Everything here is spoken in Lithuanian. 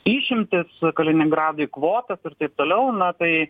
išimtis kaliningradui kvotas ir taip toliau na tai